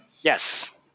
Yes